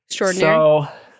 Extraordinary